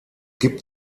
gibt